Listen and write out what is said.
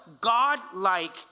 God-like